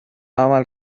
عمل